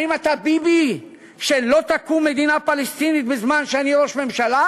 האם אתה ביבי של "לא תקום מדינה פלסטינית בזמן שאני ראש הממשלה",